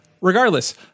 regardless